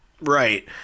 right